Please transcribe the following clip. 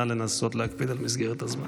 נא לנסות להקפיד על מסגרת הזמן.